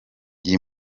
iyi